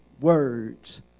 words